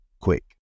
quick